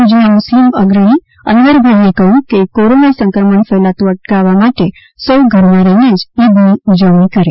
ભુજના મુસ્લિમ અગ્રણી અનવરભાઇએ કહ્યું છે કે કોરોના સંક્રમણ ફેલાતું રોકવા માટે સૌ ઘરમાં રહીને જ ઈદ ની ઉજવણી કરે